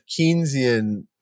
Keynesian